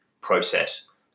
process